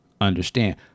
understand